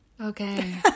Okay